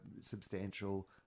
substantial